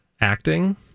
acting